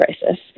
crisis